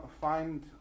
find